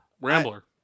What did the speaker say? Rambler